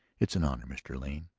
it's an honor, mr. lane,